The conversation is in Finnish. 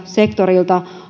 sektorilta